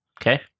Okay